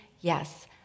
Yes